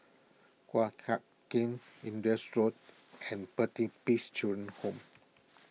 Guan Huat Kiln Indus Road and Pertapis Children Home